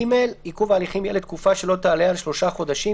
(ג)עיכוב הליכים יהיה לתקופה שלא תעלה על שלושה חודשים,